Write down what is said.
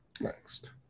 next